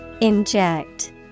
Inject